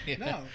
No